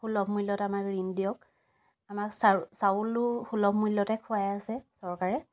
সুলভ মূল্যত আমাক ঋণ দিয়ক আমাক চাউ চাউলো সুলভ মূল্যতে খোৱাই আছে চৰকাৰে